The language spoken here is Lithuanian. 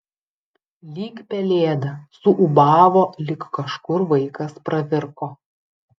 lyg pelėda suūbavo lyg kažkur vaikas pravirko